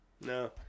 No